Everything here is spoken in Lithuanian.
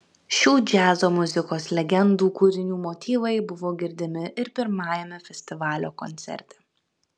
šių džiazo muzikos legendų kūrinių motyvai buvo girdimi ir pirmajame festivalio koncerte